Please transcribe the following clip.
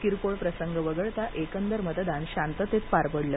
किरकोळ प्रसंग वगळता एकंदर मतदान शांततेत पार पडलं